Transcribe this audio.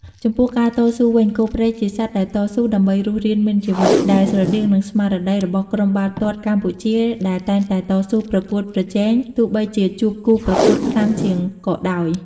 ចំពោះការតស៊ូវិញ គោព្រៃជាសត្វដែលតស៊ូដើម្បីរស់រានមានជីវិត ដែលស្រដៀងនឹងស្មារតីរបស់ក្រុមបាល់ទាត់កម្ពុជាដែលតែងតែតស៊ូប្រកួតប្រជែងទោះបីជាជួបគូប្រកួតខ្លាំងជាងក៏ដោយ។